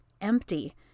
empty